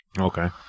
Okay